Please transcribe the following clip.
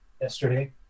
yesterday